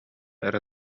эрэ